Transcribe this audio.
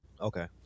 Okay